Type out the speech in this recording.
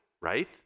right